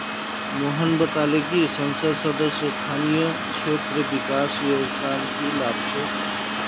मोहन बताले कि संसद सदस्य स्थानीय क्षेत्र विकास योजनार की लाभ छेक